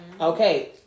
okay